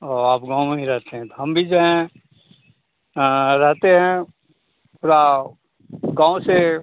और आप गाँव में ही रहते हैं तो हम भी जो हैं रहते हैं थोड़ा गाँव से